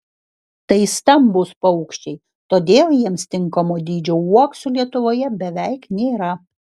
tai stambūs paukščiai todėl jiems tinkamo dydžio uoksų lietuvoje beveik nėra